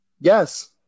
Yes